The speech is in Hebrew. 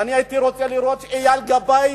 ואני הייתי רוצה לראות שאייל גבאי,